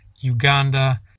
Uganda